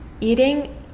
eating